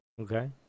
Okay